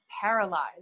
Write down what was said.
paralyzed